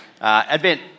Advent